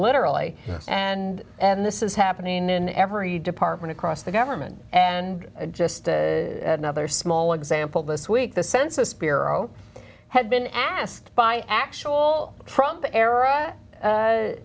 literally and and this is happening in every department across the government and just another small example this week the census bureau had been asked by actual from the